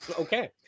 Okay